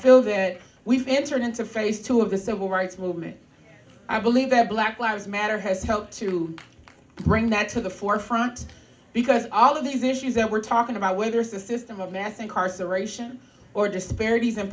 feel that we've entered into phase two of the civil rights movement i believe that black lives matter has helped to bring that to the forefront because all of these issues that we're talking about whether it's the system of mass incarceration or disparities in